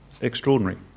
extraordinary